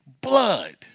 blood